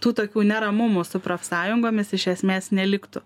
tų tokių neramumų su profsąjungomis iš esmės neliktų